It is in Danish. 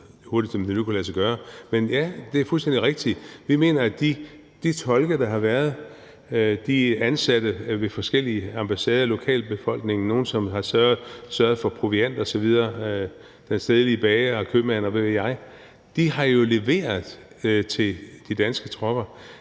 hurtigt, som det nu kunne lade sig gøre. Men ja, det er fuldstændig rigtigt, at det mener vi, hvad angår de tolke, der har været, de ansatte ved forskellige ambassader, lokalbefolkningen, nogle, som har sørget for proviant osv., den stedlige bager, købmand, og hvad ved jeg. De har jo leveret til de danske tropper;